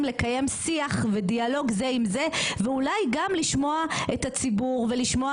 לקיים שיח ודיאלוג זה עם זה ואולי גם לשמוע את הציבור ולשמוע